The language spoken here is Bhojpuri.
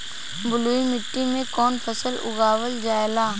बलुई मिट्टी में कवन फसल उगावल जाला?